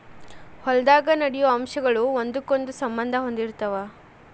ಹೊಲದಾಗ ನಡೆಯು ಅಂಶಗಳ ಒಂದಕ್ಕೊಂದ ಸಂಬಂದಾ ಹೊಂದಿರತಾವ